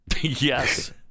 Yes